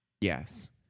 Yes